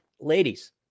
Ladies